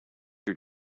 your